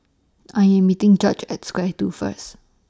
I Am meeting Judge At Square two First